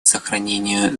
сохранение